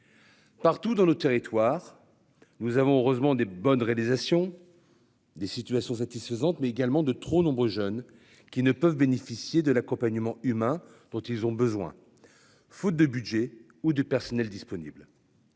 Partout dans le territoire. Nous avons heureusement des bonnes réalisations.-- Des situation satisfaisante mais également de trop nombreux jeunes qui ne peuvent bénéficier de l'accompagnement humain dont ils ont besoin. Faute de budget ou du personnel disponible.